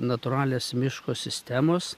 natūralios miško sistemos